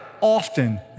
often